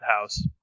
house